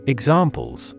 Examples